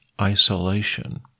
isolation